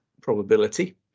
probability